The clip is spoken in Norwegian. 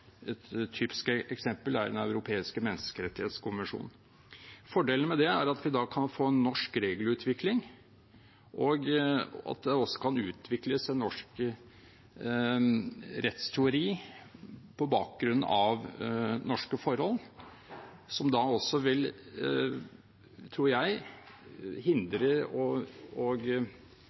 Et typisk eksempel er Den europeiske menneskerettskonvensjon. Fordelen med det er at vi da kan få en norsk regelutvikling, og at det også kan utvikles en norsk rettsteori på bakgrunn av norske forhold, som da også vil – tror jeg – hindre og